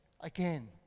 again